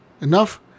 Enough